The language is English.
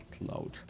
loud